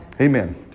Amen